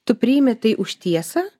tu priimi tai už tiesą